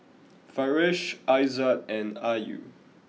Farish Aizat and Ayu